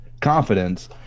confidence